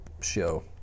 show